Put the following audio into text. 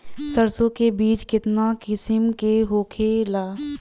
सरसो के बिज कितना किस्म के होखे ला?